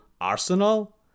Arsenal